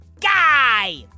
Guy